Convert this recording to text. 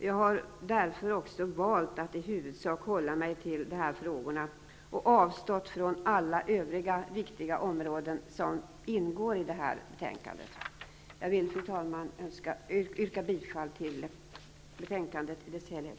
Jag har därför valt att i huvudsak hålla mig till de frågorna och avstått från att gå in på andra viktiga områden som också behandlas i betänkandet. Jag vill, fru talman, yrka bifall till utskottets hemställan i dess helhet.